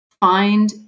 find